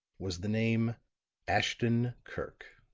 was the name ashton-kirk.